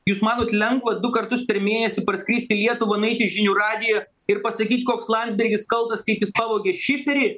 jūs manot lengva du kartus per mėnesį parskristi į lietuvą nueiti į žinių radiją ir pasakyt koks landsbergis kaltas kaip jis pavogė šiferį